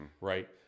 right